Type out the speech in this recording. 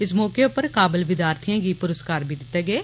इस मौके उप्पर काबल विद्यार्थिएं गी पुरस्कार बी दित्ते गेय